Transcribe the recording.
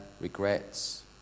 regrets